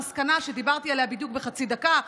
המסקנה שדיברתי עליה בדיוק בחצי דקה,